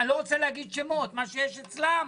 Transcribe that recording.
אני לא רוצה להגיד שמות על מה שיש אצלם?